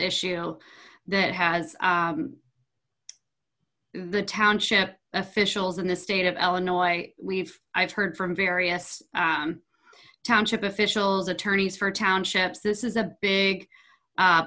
issue that has the township officials in the state of illinois we've heard from various township officials attorneys for townships this is a big